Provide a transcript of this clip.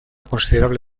considerable